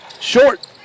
Short